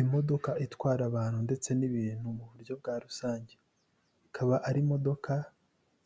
Imodoka itwara abantu ndetse n'ibintu mu buryo bwa rusange, ikaba ari imodokadoka